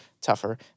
tougher